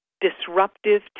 disruptive